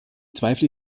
zweifle